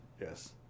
Yes